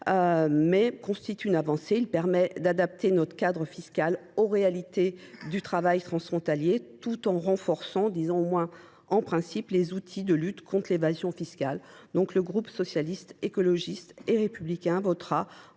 pas moins une avancée. Il permet d’adapter notre cadre fiscal aux réalités du travail transfrontalier tout en renforçant, au moins en principe, les outils de lutte contre l’évasion fiscale. Le groupe Socialiste, Écologiste et Républicain votera